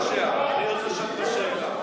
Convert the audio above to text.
רק שנייה, אני רוצה לשאול אותך שאלה.